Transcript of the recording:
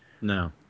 No